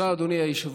תודה, אדוני היושב-ראש.